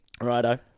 Righto